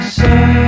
say